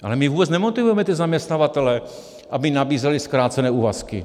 Ale my vůbec nemotivujeme zaměstnavatele, aby nabízeli zkrácené úvazky.